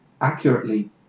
accurately